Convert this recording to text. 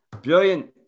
brilliant